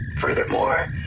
Furthermore